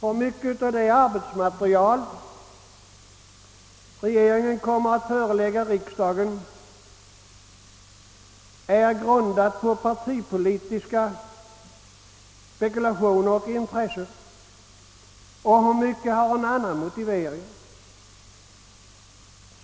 Hur mycket av det arbetsmaterial som regeringen kommer att förelägga riksdagen är grundat på partipolitiska spekulationer och intressen och hur mycket har en annan motivering?